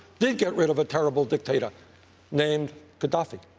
did get rid of a terrible dictator named gadhafi.